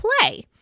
play